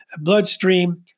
bloodstream